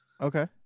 Okay